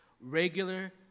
regular